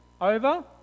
Over